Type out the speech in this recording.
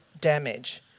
damage